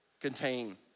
contain